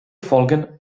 folgen